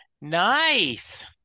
Nice